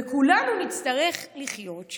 וכולנו נצטרך לחיות,